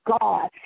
God